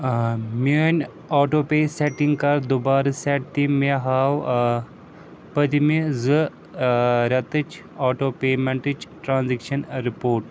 میٛٲنۍ آٹو پے سٮ۪ٹِنٛگ کر دُبارٕ سٮ۪ٹ تہِ مےٚ ہاو پٔتۍمہِ زٕ رٮ۪تٕچ آٹو پیمٮ۪نٛٹٕچ ٹرٛانزٮ۪کشَن رِپوٹ